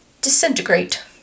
disintegrate